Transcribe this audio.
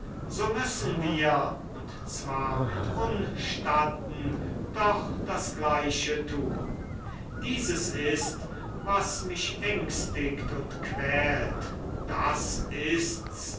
so müssen wir und zwar mit unstatten doch das gleiche tun dieses ist was mich ängstigt und quält das ist's